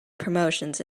promotions